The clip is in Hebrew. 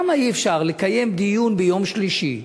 למה אי-אפשר לקיים דיון ביום שלישי?